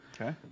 Okay